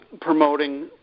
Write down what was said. promoting